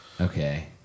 Okay